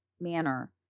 manner